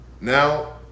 Now